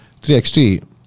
3x3